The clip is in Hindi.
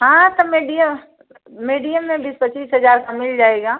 हाँ तो मीडियम मीडियम में बीस पच्चीस हज़ार का मिल जाएगा